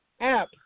app